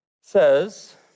says